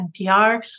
NPR